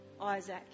Isaac